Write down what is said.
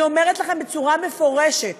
אני אומרת לכם בצורה מפורשת: